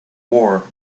war